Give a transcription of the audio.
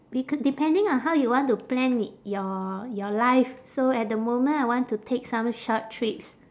beca~ depending on how you want to plan your your life so at the moment I want to take some short trips